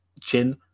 chin